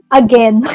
again